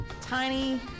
Tiny